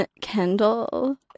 Kendall